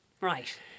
Right